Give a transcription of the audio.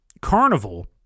carnival